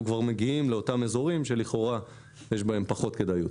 כבר מגיעים לאותם אזורים שלכאורה יש בהם פחות כדאיות.